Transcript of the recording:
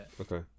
Okay